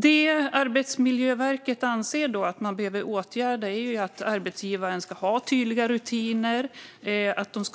Det som Arbetsmiljöverket anser att man behöver åtgärda är att arbetsgivaren ska ha tydliga rutiner